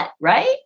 Right